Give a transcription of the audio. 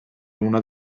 una